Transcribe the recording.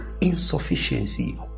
insufficiency